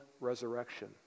resurrection